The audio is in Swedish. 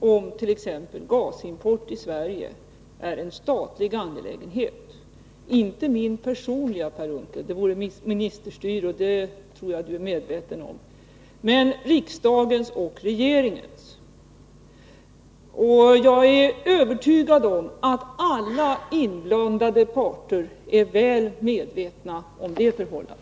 om t.ex. gasimport till Sverige är en statlig angelägenhet. Det är inte min personliga angelägenhet — det vore ministerstyre, och det tror jag att Per Unckel är medveten om — men riksdagens och regeringens. Jag är övertygad om att alla inblandade parter är väl medvetna om det förhållandet.